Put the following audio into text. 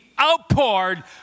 outpoured